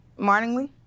morningly